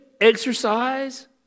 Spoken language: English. Exercise